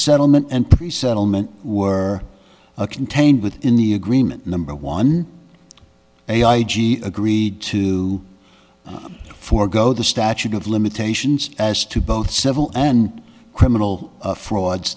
settlement and pre settlement were contained within the agreement number one a i g agreed to forgo the statute of limitations as to both civil and criminal frauds